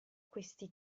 questi